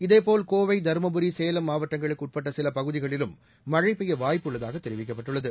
இதேபோல் கோவை தருமபுரி சேலம் மாவட்டங்களுக்கு உட்பட்ட சில பகுதிகளிலும் மழை பெய்ய வாய்ப்பு உள்ளதாகத் தெரிவிக்கப்பட்டுள்ளது